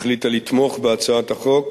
החליטה לתמוך בהצעת החוק,